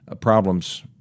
problems